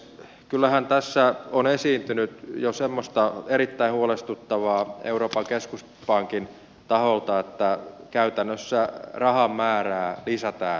kyllähän tässä on esiintynyt jo semmoista erittäin huolestuttavaa euroopan keskuspankin taholta että käytännössä rahan määrää lisätään markkinoille